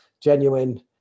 genuine